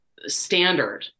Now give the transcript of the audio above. standard